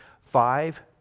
five